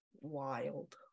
Wild